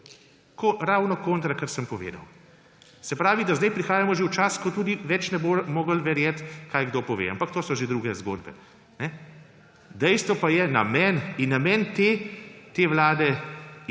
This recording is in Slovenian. ravno kontra, kar sem povedal. Se pravi, da sedaj prihajamo že v čas, ko se tudi več ne bo moglo verjeti, kaj kdo pove. Ampak to so že druge zgodbe. Dejstvo pa je namen in namen te vlade in